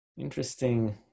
interesting